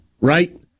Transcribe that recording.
right